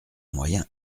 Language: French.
moyen